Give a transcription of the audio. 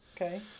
Okay